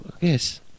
Yes